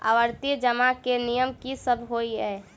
आवर्ती जमा केँ नियम की सब होइ है?